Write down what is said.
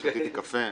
שתיתי קפה,